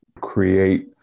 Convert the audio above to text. create